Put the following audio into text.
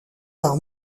par